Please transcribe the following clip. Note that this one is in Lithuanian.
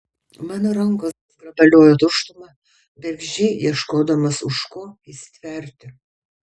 mano rankos grabaliojo tuštumą bergždžiai ieškodamos už ko įsitverti